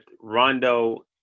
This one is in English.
Rondo